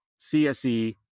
CSE